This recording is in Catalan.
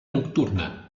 nocturna